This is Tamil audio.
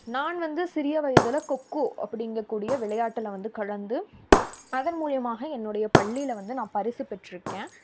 நான் வந்து சிறிய வயதில் கொக்கோ அப்படிங்கக்கூடிய விளையாட்டில் வந்து கலந்து அதன் மூலியமாக என்னுடைய பள்ளியில் வந்து நான் பரிசு பெற்றுருக்கேன்